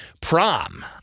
prom